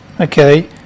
okay